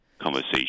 conversation